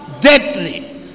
deadly